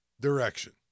direction